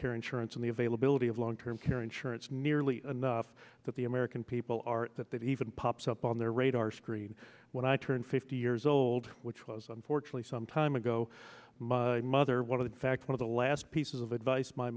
care insurance and the availability of long term care insurance nearly enough that the american people are that that even pops up on their radar screen when i turn fifty years old which was unfortunately some time ago my mother one of the fact one of the last pieces of advice my